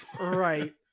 Right